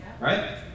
right